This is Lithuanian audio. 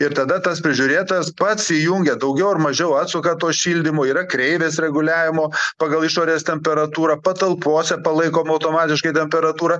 ir tada tas prižiūrėtojas pats įjungia daugiau ar mažiau atsuka to šildymo yra kreivės reguliavimo pagal išorės temperatūrą patalpose palaikoma automatiškai temperatūra